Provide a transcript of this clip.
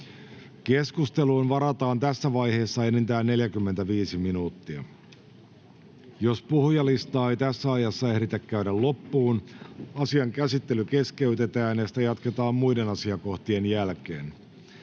Keskusteluun varataan tässä vaiheessa enintään 45 minuuttia. Jos puhujalistaa ei tässä ajassa ehditä käydä loppuun, asian käsittely keskeytetään ja sitä jatketaan muiden asiakohtien jälkeen.